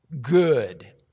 good